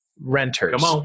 renters